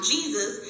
Jesus